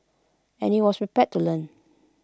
and he was prepared to learn